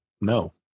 No